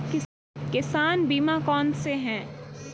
किसान बीमा कौनसे हैं?